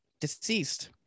Deceased